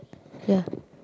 ya